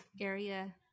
area